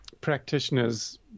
practitioners